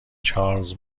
چارلز